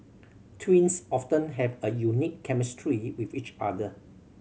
twins often have a unique chemistry with each other